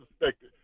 suspected